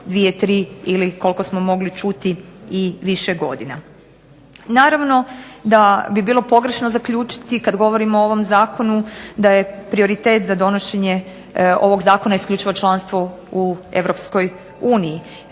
tri ili koliko smo mogli čuti i više godina. Naravno da bi bilo pogrešno zaključiti, kad govorimo o ovom zakonu, da je prioritet za donošenje ovog zakona isključivo članstvo u Europskoj uniji.